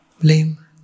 blame